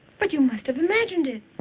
but you must have imagined it.